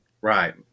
Right